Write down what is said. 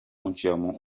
entièrement